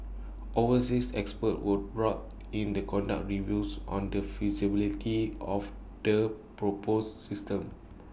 overseas experts were brought in the conduct reviews on the feasibility of the proposed system